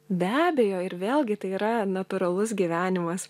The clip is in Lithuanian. be abejo ir vėlgi tai yra natūralus gyvenimas